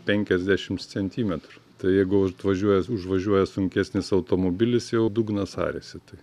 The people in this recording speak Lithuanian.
penkiasdešimt centimetrų tai jeigu atvažiuoja užvažiuoja sunkesnis automobilis jau dugnas ariasi tai